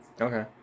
Okay